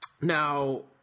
Now